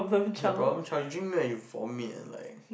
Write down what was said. your problem child you dream like you form it like